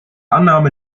annahme